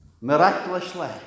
Miraculously